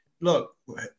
Look